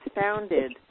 founded